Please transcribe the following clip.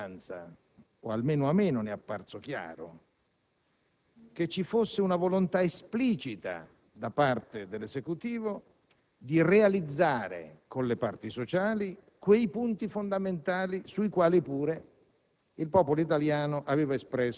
non era chiaro - o almeno a me non è apparso chiaro - che ci fosse una volontà esplicita da parte dell'Esecutivo di realizzare, con le parti sociali, quei punti fondamentali del